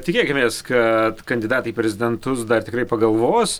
tikėkimės kad kandidatai į prezidentus dar tikrai pagalvos